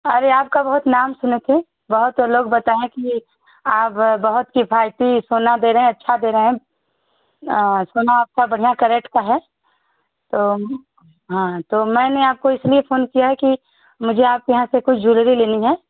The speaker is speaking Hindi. अरे आपका बहुत नाम सुने थे बहुत लोग बताए कि आप बहुत किफ़ायती सोना दे रहे हैं अच्छा दे रहे हैं सोना आपका बढ़िया कैरेट का है तो हाँ तो मैंने आपको इसलिए फ़ोन किया है कि मुझे आपके यहाँ से कुछ जुलरी लेनी है